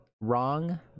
wrong